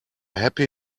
happy